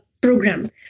program